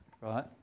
right